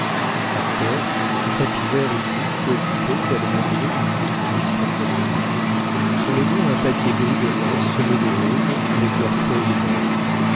a terre un tapis vert uni peu coûteux qu'elle maintenait dans une exquise propreté sur les murs un papier gris de lin semé de roses avec leurs feuilles vertes